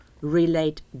relate